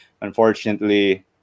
unfortunately